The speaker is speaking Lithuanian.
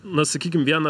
na sakykim vieną